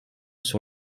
sur